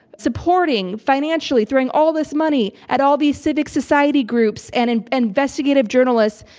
supporting financially, throwing all this money at all these civic society groups and and investigative journalists,